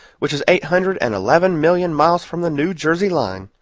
which is eight hundred and eleven million miles from the new jersey line.